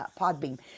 PodBeam